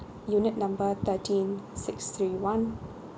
unit number thirteen six three one